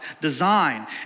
design